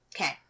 Okay